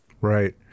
Right